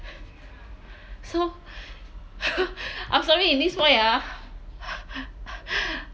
so I'm sorry in this way ah